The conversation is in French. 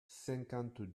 cinquante